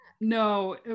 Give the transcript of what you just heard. No